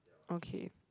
okay